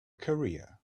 career